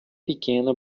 pequena